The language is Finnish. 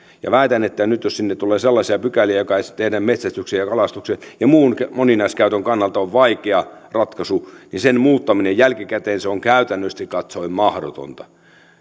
ja väitän että nyt jos sinne tulee sellaisia pykäliä jotka metsästyksen ja kalastuksen ja muun moninaiskäytön kannalta ovat vaikea ratkaisu niin sen muuttaminen jälkikäteen on käytännöllisesti katsoen mahdotonta